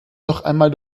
nochmal